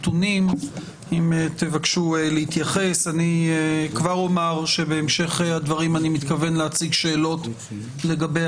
אני כבר אומר שבהמשך הדברים אני מתכוון להציג שאלות לגבי